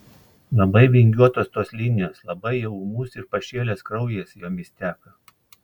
labai vingiuotos tos linijos labai jau ūmus ir pašėlęs kraujas jomis teka